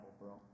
bro